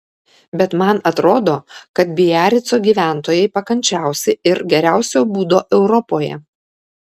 bet man atrodo kad biarico gyventojai pakančiausi ir geriausio būdo europoje